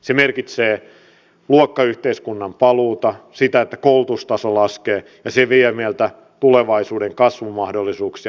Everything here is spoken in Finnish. ne merkitsevät luokkayhteiskunnan paluuta sitä että koulutustaso laskee ja ne vievät meiltä tulevaisuuden kasvumahdollisuuksia